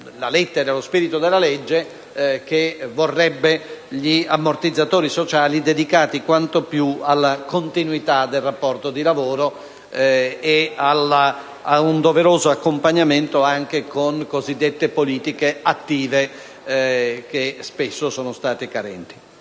la lettera e lo spirito della legge che vorrebbe gli ammortizzatori sociali dedicati quanto più alla continuità del rapporto di lavoro e ad un doveroso accompagnamento anche con cosiddette politiche attive, che spesso sono state carenti.